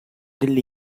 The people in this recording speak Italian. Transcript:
delle